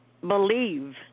believe